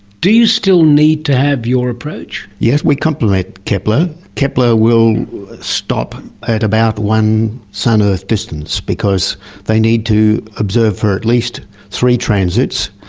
do you still need to have your approach? yes, we complement kepler. kepler will stop at about one sun-earth distance because they need to observe for it least three transits.